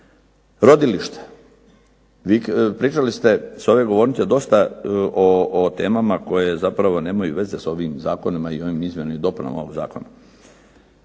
Rodilište, pričali ste s ove govornice dosta o temama koje zapravo nemaju veze sa ovim zakonima i ovim izmjenama i dopunama ovog zakona.